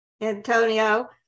Antonio